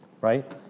right